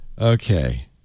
Okay